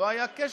לא היה קשר,